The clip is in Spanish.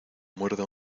muerde